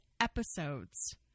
episodes